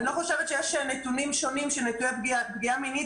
אני לא חושבת שיש נתונים שונים על פגיעה מינית